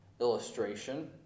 Illustration